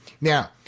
now